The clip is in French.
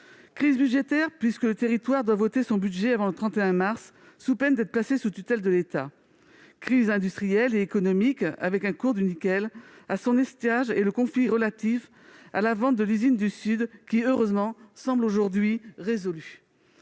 Crise budgétaire, puisque le territoire doit voter son budget avant le 31 mars, sous peine d'être placé sous tutelle de l'État. Crise industrielle et économique, avec un cours du nickel à son étiage et le conflit relatif à la vente de l'usine du Sud, qui heureusement semble aujourd'hui résolu.